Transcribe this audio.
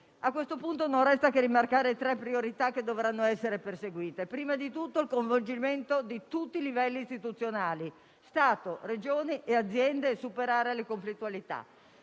A questo punto, non resta che rimarcare tre priorità che dovranno essere perseguite: la prima, coinvolgere tutti i livelli istituzionali (Stato, Regioni e aziende) e superare le conflittualità;